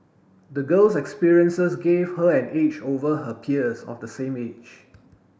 the girl's experiences gave her an edge over her peers of the same age